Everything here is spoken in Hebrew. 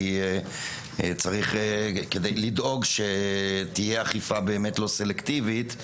כי צריך שתהיה אכיפה לא סלקטיבית,